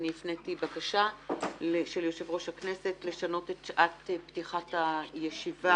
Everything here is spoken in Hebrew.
הפניתי בקשה של יושב-ראש הכנסת לשנות את שעת פתיחת הישיבות.